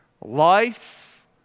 life